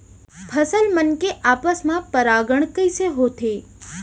फसल मन के आपस मा परागण कइसे होथे?